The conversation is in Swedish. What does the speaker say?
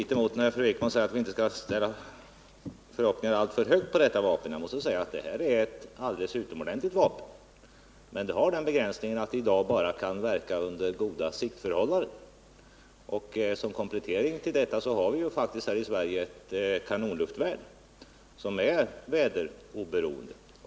Herr talman! Jag reagerar kanske litet mot att fru Ekman säger att vi inte skall ställa förhoppningarna på detta vapen alltför högt. Jag vill säga att det här är ett alldeles utomordentligt vapen, men det har den begränsningen att det i dag bara kan verka under goda siktförhållanden. Som komplettering till detta har vi faktiskt här i Sverige ett kanonluftvärn som är väderoberoende.